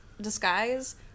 disguise